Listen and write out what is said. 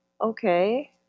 okay